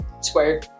square